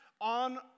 on